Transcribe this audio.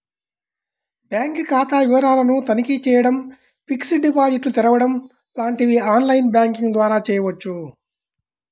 bank ఖాతా వివరాలను తనిఖీ చేయడం, ఫిక్స్డ్ డిపాజిట్లు తెరవడం లాంటివి ఆన్ లైన్ బ్యాంకింగ్ ద్వారా చేయవచ్చు